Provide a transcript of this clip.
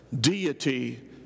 Deity